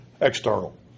external